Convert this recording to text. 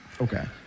Okay